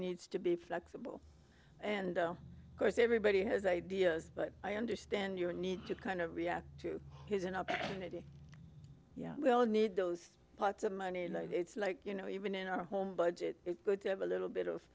needs to be flexible and of course everybody has ideas but i understand your need to kind of react to his and unity we all need those pots of money it's like you know even in our home budget it's good to have a little bit of